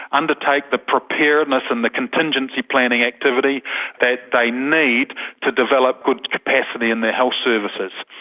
undertake the preparedness and the contingency planning activity that they need to develop good capacity in the health services.